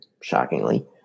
shockingly